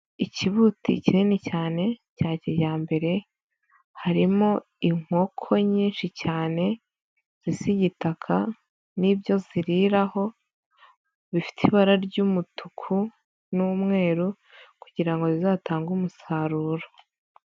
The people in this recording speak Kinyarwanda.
Ikibuti kinini cyane cya kijyambere harimo inkoko nyinshi cyane z'igitaka nibyo ziriraraho bifite ibara ry'umutuku n'umweru kugira ngo zizatange umusaruro.